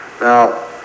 Now